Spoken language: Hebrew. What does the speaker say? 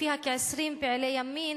שלפיה כ-20 פעילי ימין,